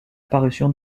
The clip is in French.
parution